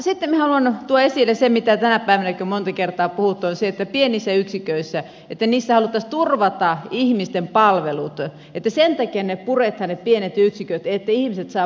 sitten minä haluan tuoda esille sen mitä tänäkin päivänä on monta kertaa puhuttu että pienissä yksiköissä haluttaisiin turvata ihmisten palvelut että sen takia puretaan ne pienet yksiköt että ihmiset saavat palvelut